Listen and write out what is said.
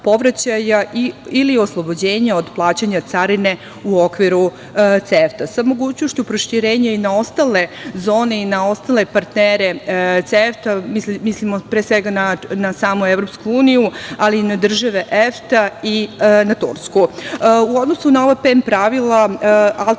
povraćaja ili oslobođenje od plaćanja carine u okviru CEFTA sa mogućnošću proširenja i na ostale zone i ostale partnere CEFTA. Tu mislimo na samu EU, ali i na države EFTA i na Tursku.U odnosu na ova PEM pravila